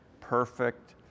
perfect